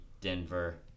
Denver